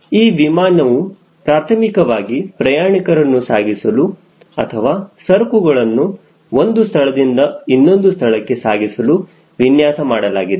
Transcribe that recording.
ಈ ವಿಮಾನವು ಪ್ರಾರ್ಥಮಿಕವಾಗಿ ಪ್ರಯಾಣಿಕರನ್ನು ಸಾಗಿಸಲು ಅಥವಾ ಸರಕುಗಳನ್ನು ಒಂದು ಸ್ಥಳದಿಂದ ಇನ್ನೊಂದು ಸ್ಥಳಕ್ಕೆ ಸಾಗಿಸಲು ವಿನ್ಯಾಸ ಮಾಡಲಾಗಿದೆ